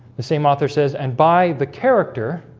the same author says and by the character